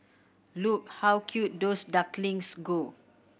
look how cute those ducklings go